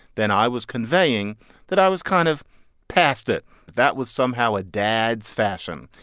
then i was conveying that i was kind of past it. that was somehow a dad's fashion,